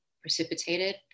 precipitated